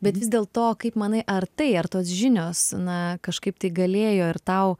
bet vis dėl to kaip manai ar tai ar tos žinios na kažkaip tai galėjo ir tau